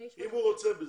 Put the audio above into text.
אם החייל רוצה בזה.